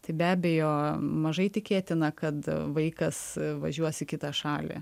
tai be abejo mažai tikėtina kad vaikas važiuos į kitą šalį